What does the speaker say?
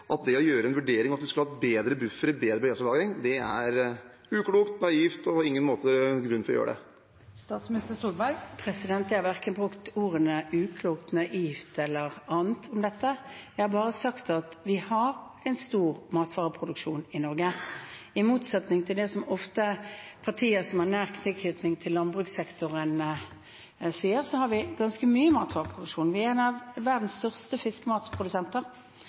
at det å gjøre en vurdering av at vi skulle hatt bedre buffere, bedre beredskapslagring, er uklokt og naivt, og at det ikke er noen grunn for å gjøre det. Jeg har verken brukt ordene uklokt, naivt eller annet om dette. Jeg har bare sagt at vi har en stor matvareproduksjon i Norge. I motsetning til det som partiet som har nær tilknytning til landbrukssektoren, ofte sier, har vi ganske mye matvareproduksjon. Vi er en av verdens største fiskematprodusenter.